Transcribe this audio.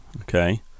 okay